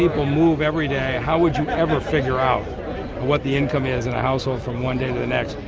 move every day. how would you ever figure out what the income is in a household from one day to the next?